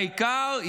העיקר,